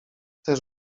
też